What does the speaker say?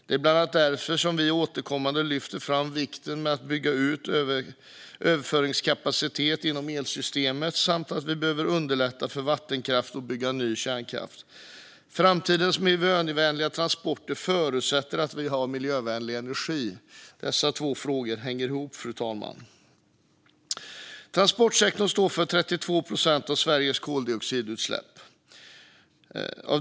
Det är bland annat därför som vi återkommande lyfter fram vikten av att bygga ut överföringskapacitet inom elsystemet samt att vi behöver underlätta för vattenkraft och bygga ny kärnkraft. Framtidens miljövänliga transporter förutsätter att vi har miljövänlig energi. Dessa två frågor hänger ihop, fru talman. Transportsektorn står för 32 procent av Sveriges koldioxidutsläpp.